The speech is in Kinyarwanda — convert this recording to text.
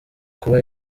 kuba